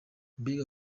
mbega